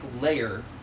layer